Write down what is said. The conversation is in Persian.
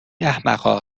احمقها